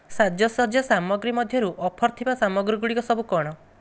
ସାଜସଜ୍ଜା ସାମଗ୍ରୀ ମଧ୍ୟରୁ ଅଫର୍ ଥିବା ସାମଗ୍ରୀଗୁଡ଼ିକ ସବୁ କ'ଣ